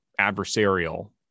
adversarial